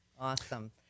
Awesome